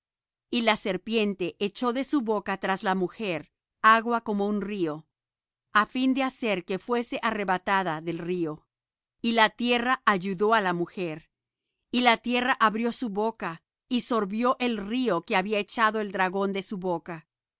y la serpiente echó de su boca tras la mujer agua como un río á fin de hacer que fuese arrebatada del río y la tierra ayudó á la mujer y la tierra abrió su boca y sorbió el río que había echado el dragón de su boca